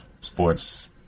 sports